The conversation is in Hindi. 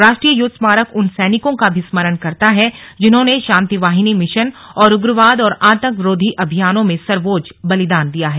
राष्ट्रीय युद्ध स्मारक उन सैनिकों का भी स्मरण करता है जिन्होंने शांतिवाहिनी मिशन और उग्रवाद और आंतकरोधी अभियानों में सर्वोच्च बलिदान दिया है